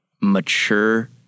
Mature